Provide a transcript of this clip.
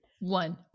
one